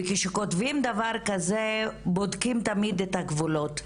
וכשכותבים דבר כזה בודקים תמיד את הגבולות.